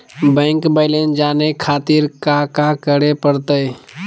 Bank balance जाने खातिर काका करे पड़तई?